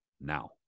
now